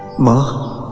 ma,